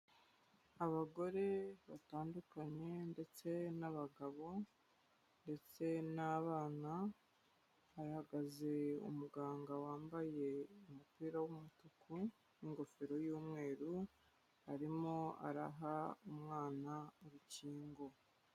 Abagore batandukanye ndetse n'abagabo ndetse n'abana, hahagaze umuganga wambaye umupira w'umutuku n'ingofero y'umweru, arimo araha umwana urukingo.